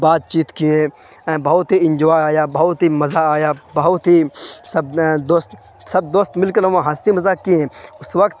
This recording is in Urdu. بات چیت کیے بہت ہی انجوائے آیا بہت ہی مزہ آیا بہت ہی سب دوست سب دوست مل کے وہاں ہنسی مذاق کیے اس وقت